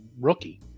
rookie